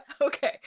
okay